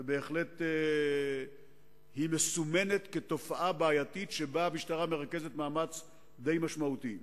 ובהחלט היא מסומנת כתופעה בעייתית שהמשטרה מרכזת בה מאמץ די משמעותי.